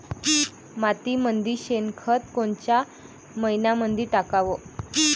मातीमंदी शेणखत कोनच्या मइन्यामंधी टाकाव?